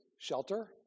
shelter